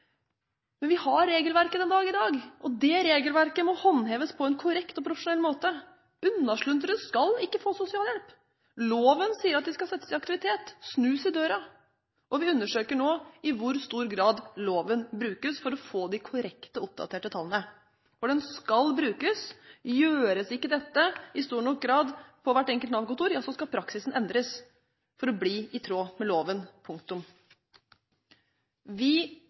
Men vi har regelverket allerede i dag, og det regelverket må håndheves på en korrekt og profesjonell måte. Unnasluntrere skal ikke få sosialhjelp. Loven sier at de skal settes i aktivitet – snus i døren. Vi undersøker nå i hvor stor grad loven brukes for å få de korrekte, oppdaterte tallene. For den skal brukes, og gjøres ikke dette i stor nok grad på hvert enkelt Nav-kontor, ja så skal praksisen endres for å bli i tråd med loven – punktum. Vi